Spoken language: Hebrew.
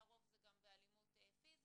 לרוב זה גם באלימות פיזית,